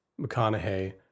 McConaughey